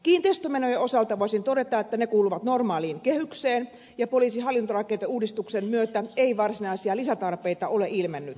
kiinteistömenojen osalta voisin todeta että ne kuuluvat normaaliin kehykseen ja poliisin hallintorakenteen uudistuksen myötä ei varsinaisia lisätarpeita ole ilmennyt